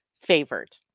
favored